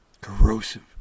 corrosive